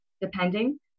depending